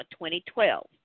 2012